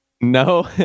No